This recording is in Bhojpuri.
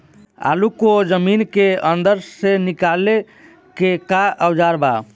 आलू को जमीन के अंदर से निकाले के का औजार बा?